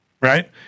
right